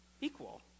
equal